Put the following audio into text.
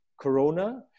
corona